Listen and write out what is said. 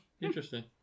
interesting